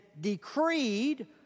decreed